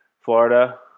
Florida